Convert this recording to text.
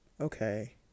okay